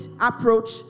approach